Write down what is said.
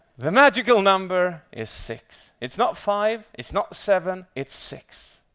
the magical number is six. it's not five, it's not seven, it's six.